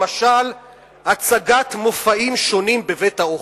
למשל הצגת מופעים שונים בבית-האוכל.